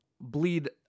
bleed